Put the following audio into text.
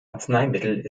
arzneimittel